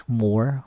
more